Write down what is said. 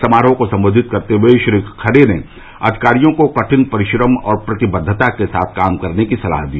समारोह को संबोधित करते हए श्री खरे ने अधिकारियों को कठिन परिश्रम और प्रतिबद्वता के साथ काम करने की सलाह दी